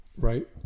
Right